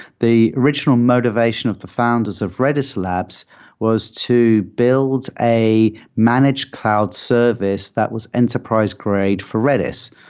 the original motivation of the founders of redis labs was to build a managed cloud service that was enterprise grade for redis.